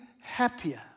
happier